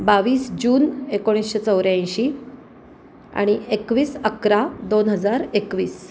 बावीस जून एकोणीसशे चौऱ्याऐंशी आणि एकवीस अकरा दोन हजार एकवीस